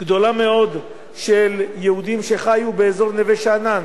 גדולה מאוד של יהודים שחיו באזור נווה-שאנן.